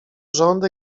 rząd